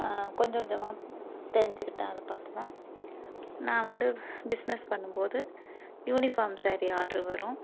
கொஞ்சம் கொஞ்சமாக தெரிஞ்சுக்கிட்டேன் அதை பார்த்து தான் நான் வந்து பிசினஸ் பண்ணும் போது யூனிஃபார்ம் சேரீ ஆர்டரு வரும்